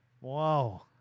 Wow